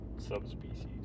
Subspecies